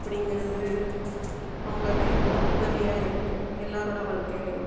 அப்படிங்கிறது ரொம்பவே உதவியாக இருக்குது எல்லாேரோட வாழ்க்கையிலேயும்